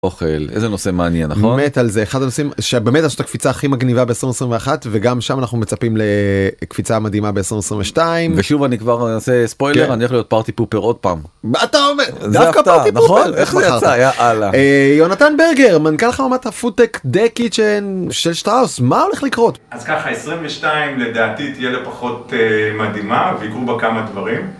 אוכל איזה נושא מעניין נכון? מת על זה. אחד הנושאים שבאמת עשו את הקפיצה הכי מגניבה ב-2021 וגם שם אנחנו מצפים לקפיצה מדהימה ב-2022 ושוב אני כבר אעשה ספוילר אני הולך להיות פארטי פופר עוד פעם, מה אתה אומר? דווקא פארטי פופר? נכון איך זה יצא יא אללה יונתן ברגר מנכ"ל חברת הפודטק דיי קיצ'ן של שטראוס מה הולך לקרות? אז ככה 22 לדעתי תהיה לפחות מדהימה ויקרו בה כמה דברים.